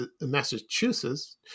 Massachusetts